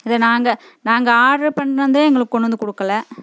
இது நாங்கள் நாங்கள் ஆர்டர் பண்ணதே எங்களுக்கு கொண்டு வந்து கொடுக்குல